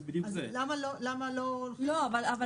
זה למשל בהתאמה לאירופה?